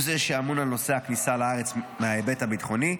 הוא זה שאמון על נושא הכניסה לארץ בהיבט הביטחוני,